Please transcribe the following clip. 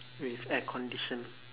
with air condition